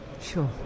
Sure